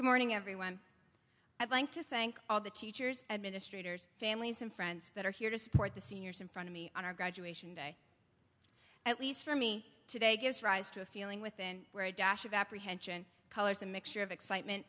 good morning everyone i'd like to thank all the teachers administrators families and friends that are here to support the seniors in front of me on our graduation day at least for me today gives rise to a feeling within a dash of apprehension colors a mixture of excitement